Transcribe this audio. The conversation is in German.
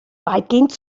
weitgehend